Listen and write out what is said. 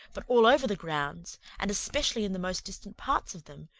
but all over the grounds, and especially in the most distant parts of them,